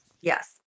yes